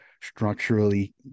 structurally